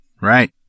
Right